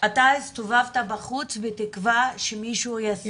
- אתה הסתובבת בחוץ בתקווה שמישהו ישים לב.